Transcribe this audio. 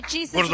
Jesus